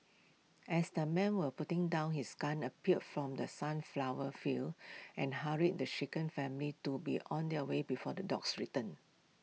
as the man were putting down his gun appeared from the sunflower fields and hurried the shaken family to be on their way before the dogs return